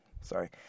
sorry